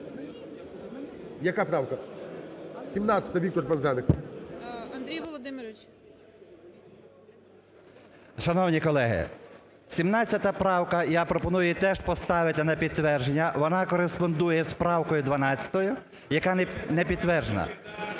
Яка правка? 17-а, Віктор Пинзеник. 10:24:00 ПИНЗЕНИК В.М. Шановні колеги, 17 правка, я пропоную її теж поставити на підтвердження. Вона кореспондує з правкою 12-ою, яка не підтверджена.